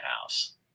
house